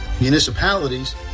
municipalities